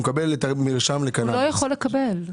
לא יכול לקבל.